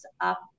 up